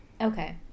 okay